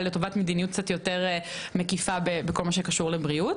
לטובת מדיניות יותר מקיפה בכל מה שקשור לבריאות.